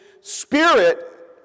spirit